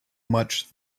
much